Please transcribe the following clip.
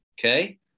okay